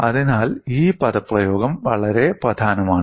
അതിനാൽ ഈ പദപ്രയോഗം വളരെ പ്രധാനമാണ്